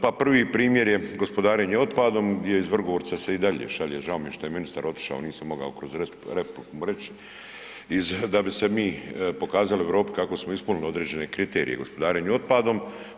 Pa prvi primjer je gospodarenje otpadom gdje iz Vrgorca se i dalje šalje, žao mi je što je ministar otišao, nisam mogao kroz repliku mu reć, iz, da bi se mi pokazali Europi kako smo ispunili određene kriterije gospodarenje otpadom.